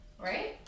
right